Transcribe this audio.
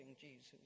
Jesus